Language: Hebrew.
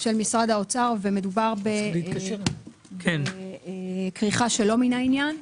של משרד האוצר ומדובר בכריכה שלא מן העניין.